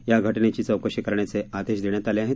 या घटनेची चौकशी करण्याचे आदेश देण्यात आले आहेत